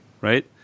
right